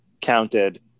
counted